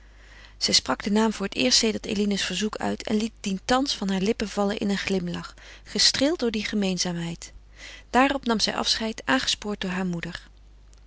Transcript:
zij sprak den naam voor het eerst sedert eline's verzoek uit en liet dien thans van haar lippen vallen in een glimlach gestreeld door die gemeenzaamheid daarop nam zij afscheid aangespoord door haar moeder